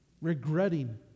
regretting